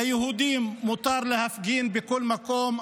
ליהודים מותר להפגין בכל מקום.